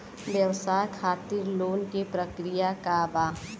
व्यवसाय खातीर लोन के प्रक्रिया का बा?